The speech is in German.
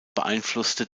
beeinflusste